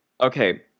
Okay